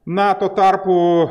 na tuo tarpu